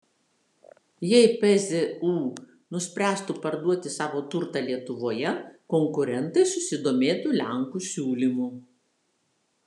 jei pzu nuspręstų parduoti savo turtą lietuvoje konkurentai susidomėtų lenkų siūlymu